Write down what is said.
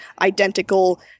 identical